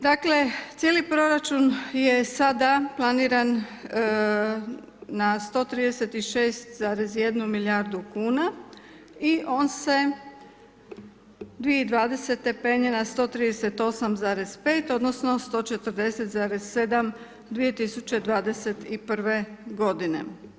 Dakle cijeli proračun je sada planiran na 136,1 milijardu kuna i on se 2020. penje na 138,5, odnosno 140,7 2021. godine.